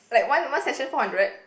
like one one session four hundred